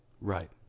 Right